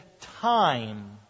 time